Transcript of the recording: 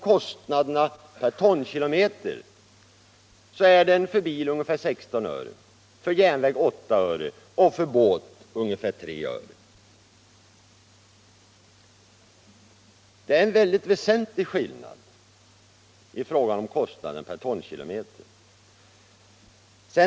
Kostnaderna per tonkilometer är för bil ungefär 16 öre, för järnväg 8 öre och för båt ca 3 öre. Det är alltså en väsentlig skillnad mellan kostnaderna per tonkilometer.